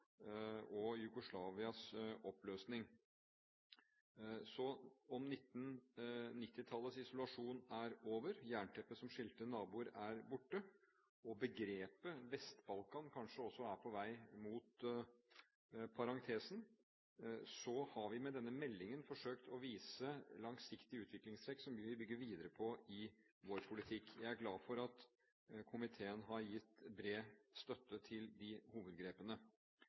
og Jugoslavias oppløsning. Om 1990-tallets isolasjon er over – jernteppet som skilte naboer, er borte, og begrepet «Vest-Balkan» kanskje også er på vei mot parentesen – så har vi med denne meldingen forsøkt å vise langsiktige utviklingstrekk som vi vil bygge videre på i vår politikk. Jeg er glad for at komiteen har gitt bred støtte til de hovedgrepene.